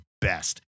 best